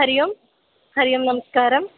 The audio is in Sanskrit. हरिः ओम् हरिः ओम् नमस्कारः